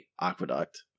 aqueduct